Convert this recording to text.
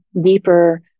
deeper